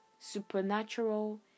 supernatural